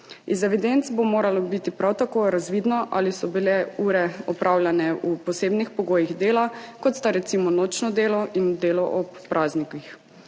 Iz evidenc bo prav tako moralo biti razvidno, ali so bile ure opravljene v posebnih pogojih dela, kot sta recimo nočno delo in delo ob praznikih.